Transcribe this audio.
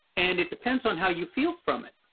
and it depends on how you feel from it.